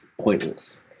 pointless